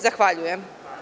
Zahvaljujem.